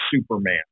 Superman